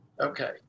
Okay